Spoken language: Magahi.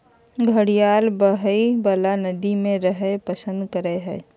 घड़ियाल बहइ वला नदि में रहैल पसंद करय हइ